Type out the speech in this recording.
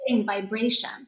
vibration